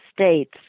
states